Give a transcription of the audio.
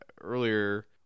earlier